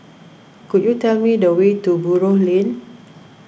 could you tell me the way to Buroh Lane